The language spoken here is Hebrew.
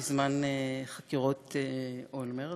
בזמן חקירות אולמרט.